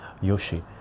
Yoshi